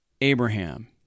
Abraham